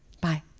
Bye